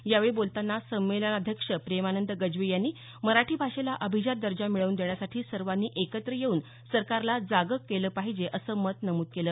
यावेळी बोलतांना संमेलनाध्यक्ष प्रेमानंद गज्वी यांनी मराठी भाषेला अभिजात दर्जा मिळवून देण्यासाठी सर्वांनी एकत्र येवून सरकारला जागं केलं पाहिजे असं मत नमूद केलं